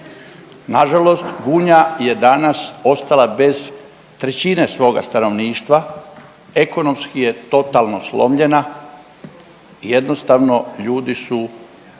Nažalost, Gunja je danas ostala bez trećine svoga stanovništva, ekonomski je totalno slomljena i jednostavno ljudi su